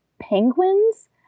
penguins